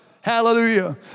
Hallelujah